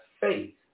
faith